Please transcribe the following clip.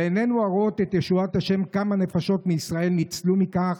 ועינינו הרואות את ישועת ה' כמה נפשות מישראל ניצלו מכך,